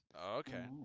okay